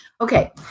Okay